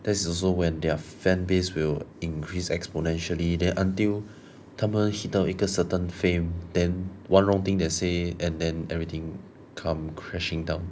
that is also when their fan base will increase exponentially there until 他们 hit 到一个 certain fame then one wrong thing they say and then everything come crashing down